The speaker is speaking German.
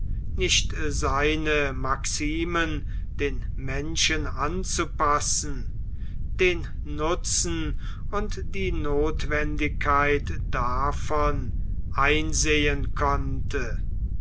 nicht seine maximen den menschen anzupassen den nutzen und die nothwendigkeit davon einsehen konnte